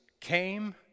came